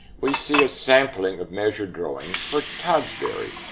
we see a sampling of measured drawings for toddsbury,